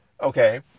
okay